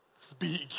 Speak